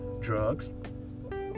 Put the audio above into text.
Drugs